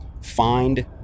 find